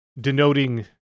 denoting